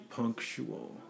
punctual